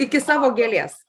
iki savo gėlės